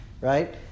right